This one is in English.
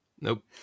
Nope